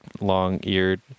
long-eared